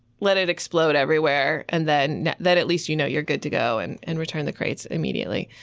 let it explode everywhere. and then then at least you know you're good to go and and return the crates immediately.